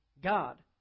God